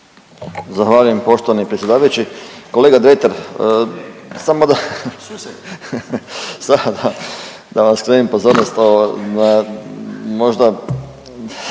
Zahvaljujem poštovani predsjedavajući. Kolega Dretar samo da vam skrenem pozornost na možda